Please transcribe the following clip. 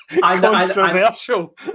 controversial